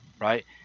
right